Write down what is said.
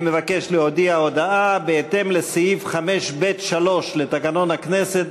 אני מבקש להודיע הודעה: בהתאם לסעיף 5(ב)(3) לתקנון הכנסת,